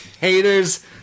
haters